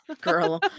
Girl